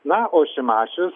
na o šimašius